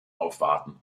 aufwarten